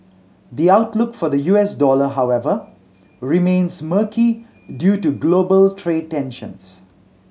the outlook for the U S dollar however remains murky due to global trade tensions